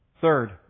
Third